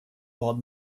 bad